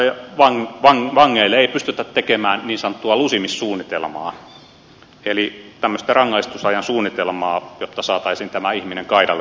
ja ennen kaikkea ulkomaalaistaustaisille vangeille ei pystytä tekemään niin sanottua lusimissuunnitelmaa eli tämmöistä rangaistusajan suunnitelmaa jotta saataisiin tämä ihminen kaidalle tielle